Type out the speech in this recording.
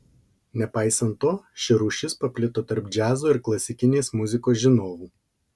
nepaisant to ši rūšis paplito tarp džiazo ir klasikinės muzikos žinovų